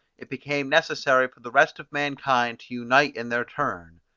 it became necessary for the rest of mankind to unite in their turn.